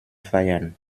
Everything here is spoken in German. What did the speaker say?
feiern